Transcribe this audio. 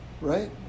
right